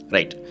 Right